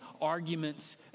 arguments